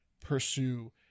pursue